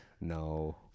No